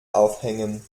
aufhängen